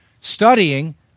studying